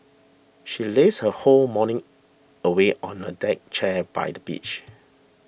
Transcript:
she lazed her whole morning away on a deck chair by the beach